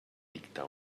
dicta